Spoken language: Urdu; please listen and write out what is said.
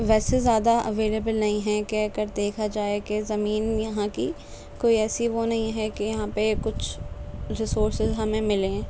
ویسے زیادہ اویلیبل نہیں ہیں کہ اگر دیکھا جائے کہ زمین یہاں کی کوئی ایسی وہ نہیں ہے کہ یہاں پہ کچھ ریسورسز ہمیں ملے ہیں